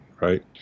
right